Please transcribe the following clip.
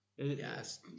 yes